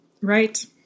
Right